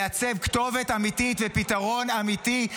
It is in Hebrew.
לייצר כתובת אמיתית ופתרון אמיתי.